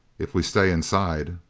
if we stay inside